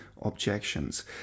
objections